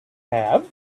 have